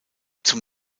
zum